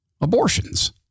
abortions